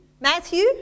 Matthew